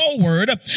forward